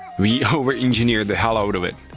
we overengineered the hell out of it.